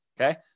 Okay